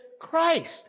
Christ